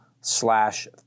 slash